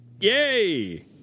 yay